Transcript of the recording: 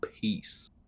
peace